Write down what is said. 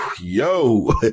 yo